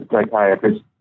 psychiatrist